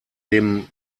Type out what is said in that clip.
dem